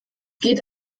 geht